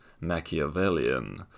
Machiavellian